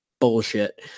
bullshit